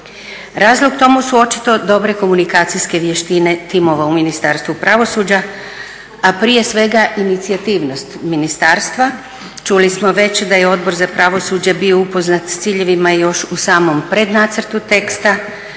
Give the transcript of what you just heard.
Razlog tomu su očito dobre komunikacijske vještine timova u Ministarstvu pravosuđa, a prije svega inicijativnost ministarstva. Čuli smo već da je Odbor za pravosuđe bio upoznat s ciljevima još u samom prednacrtu teksta,